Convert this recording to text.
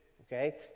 Okay